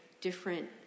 different